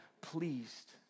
pleased